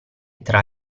tra